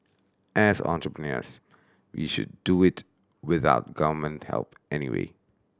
as entrepreneurs we should do it without Government help anyway